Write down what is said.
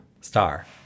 Star